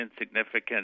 insignificant